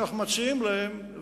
שאנחנו מציעים להם,